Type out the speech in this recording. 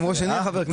גם ראש העיר חבר כנסת.